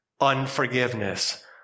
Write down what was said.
unforgiveness